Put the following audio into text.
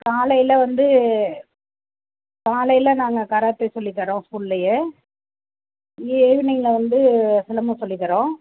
காலையில் வந்து காலையில் நாங்கள் கராத்தே சொல்லித்தரோம் ஸ்கூல்லையே ஈவ்னிங்கில் வந்து சிலம்பம் சொல்லித்தரோம்